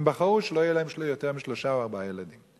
הם בחרו שלא יהיו להם יותר משלושה או ארבעה ילדים.